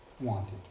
wanted